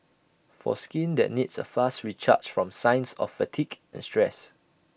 for skin that needs A fast recharge from signs of fatigue and stress